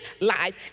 life